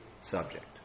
subject